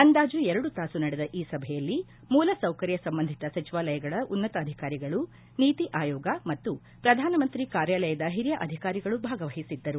ಅಂದಾಜು ಎರಡು ತಾಸು ನಡೆದ ಈ ಸಭೆಯಲ್ಲಿ ಮೂಲಸೌಕರ್ಯ ಸಂಬಂಧಿತ ಸಚಿವಾಲಯಗಳ ಉನ್ನತಾಧಿಕಾರಿಗಳು ನೀತಿ ಆಯೋಗ ಮತ್ತು ಪ್ರಧಾನಮಂತ್ರಿ ಕಾರ್ಯಾಲಯದ ಹಿರಿಯ ಅಧಿಕಾರಿಗಳು ಭಾಗವಹಿಸಿದ್ದರು